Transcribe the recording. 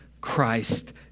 Christ